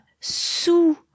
sous